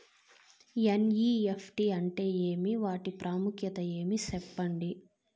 NEFT అంటే ఏమి వాటి ప్రాముఖ్యత ఏమి? సెప్పండి?